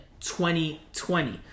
2020